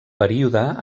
període